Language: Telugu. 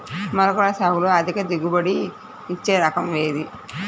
మొలకల సాగులో అధిక దిగుబడి ఇచ్చే రకం ఏది?